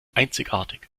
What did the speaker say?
einzigartig